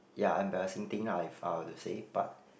ya embarrassing thing ah if I were to say but